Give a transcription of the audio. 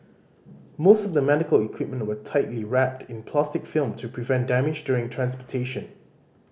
most of the medical equipment were tightly wrapped in plastic film to prevent damage during transportation